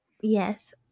yes